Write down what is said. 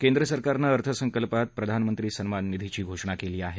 केंद्रसरकार अर्थसंकल्पात प्रधानमंत्री सन्मान निधीची घोषणा केली आहे